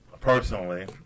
personally